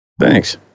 Thanks